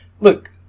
look